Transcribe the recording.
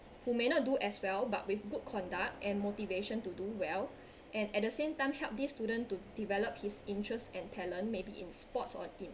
who may not do as well but with good conduct and motivation to do well and at the same time help this student to develop his interest and talent may be in sports or in